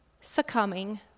succumbing